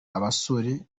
abasore